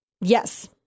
Yes